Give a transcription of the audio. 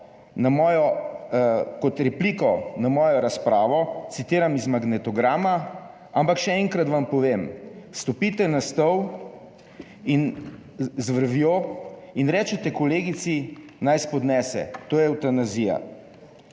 kot repliko na mojo razpravo, citiram iz magnetograma: "Ampak, še enkrat vam povem, stopite na stol in z vrvjo in rečete kolegici, naj spodnese. To je evtanazija."